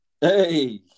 Hey